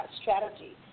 strategy